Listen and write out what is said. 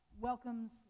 welcomes